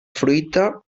fruita